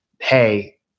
hey